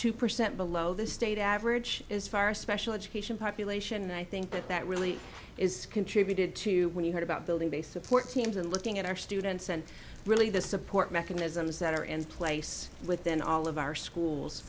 two percent below the state average as far a special education population and i think that that really is contributed to when you heard about building base support teams and looking at our students and really the support mechanisms that are in place within all of our schools